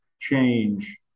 change